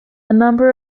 number